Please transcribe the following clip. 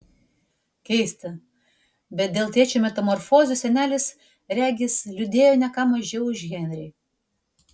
keista bet dėl tėčio metamorfozių senelis regis liūdėjo ne ką mažiau už henrį